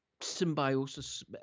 symbiosis